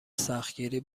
سختگیری